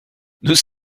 nous